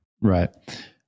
Right